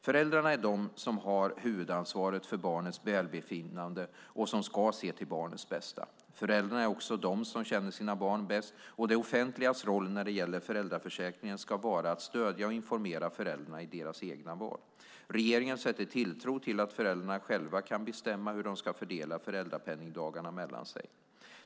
Föräldrarna är de som har huvudansvaret för barnets välbefinnande och som ska se till barnets bästa. Föräldrarna är också de som känner sina barn bäst, och det offentligas roll när det gäller föräldraförsäkringen ska vara att stödja och informera föräldrarna i deras egna val. Regeringen sätter tilltro till att föräldrarna själva kan bestämma hur de ska fördela föräldrapenningdagarna mellan sig.